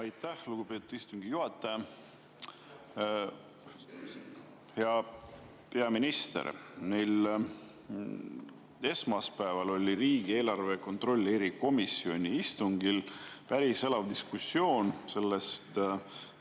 Aitäh, lugupeetud istungi juhataja! Hea peaminister! Meil esmaspäeval oli riigieelarve kontrolli erikomisjoni istungil päris elav diskussioon selle